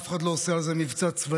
אף אחד לא עושה על זה מבצע צבאי,